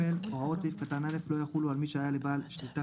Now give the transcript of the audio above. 9/ג'.הוראות סעיף קטן א' לא יחולו על מי שהיה לבעל שליטה,